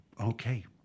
okay